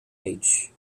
age